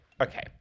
Okay